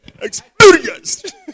Experienced